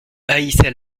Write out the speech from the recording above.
haïssais